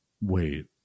Wait